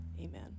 Amen